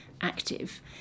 active